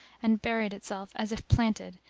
and buried itself, as if planted,